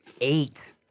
eight